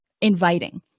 inviting